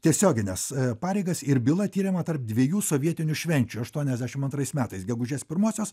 tiesiogines pareigas ir byla tiriama tarp dviejų sovietinių švenčių aštuoniasdešimt antrais metais gegužės pirmosios